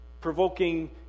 provoking